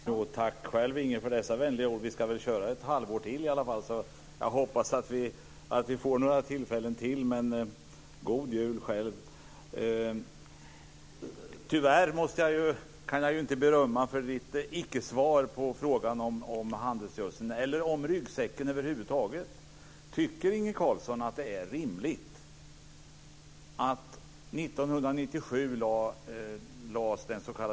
Fru talman! Tack själv, Inge, för dessa vänliga ord. Vi ska väl vara här ett halvår till i varje fall. Jag hoppas att vi får några tillfällen till i debatten, men god jul själv! Tyvärr kan jag inte berömma Inge Carlsson för hans icke-svar på frågan om handelsgödseln eller om ryggsäcken över huvud taget. Den s.k. Björkska utredningen lades fram 1997.